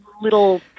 little